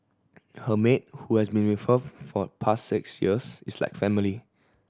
her maid who has been with her for the past six years is like family